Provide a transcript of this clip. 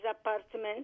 apartment